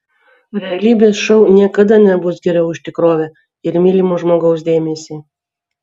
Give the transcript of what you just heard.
realybės šou niekada nebus geriau už tikrovę ir mylimo žmogaus dėmesį